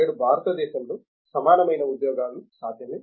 నేడు భారతదేశంలో సమానమైన ఉద్యోగాలు సాధ్యమే